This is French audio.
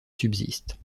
subsiste